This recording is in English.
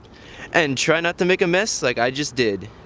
and try not to make a mess like i just did.